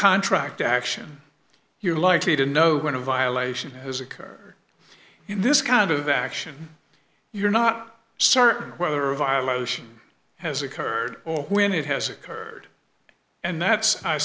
contract action you're likely to know when a violation has occurred in this kind of action you're not certain whether a violation has occurred or when it has occurred and that's i